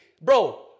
bro